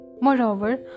moreover